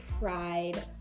pride